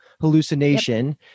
hallucination